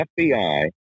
FBI